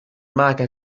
معك